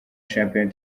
shampiyona